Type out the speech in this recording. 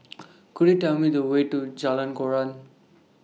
Could YOU Tell Me The Way to Jalan Koran